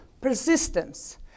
persistence